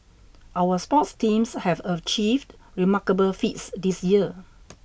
our sports teams have achieved remarkable feats this year